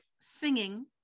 singing